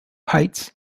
heights